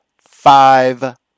five